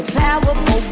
powerful